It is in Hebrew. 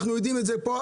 אנחנו יודעים את זה פה,